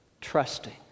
trusting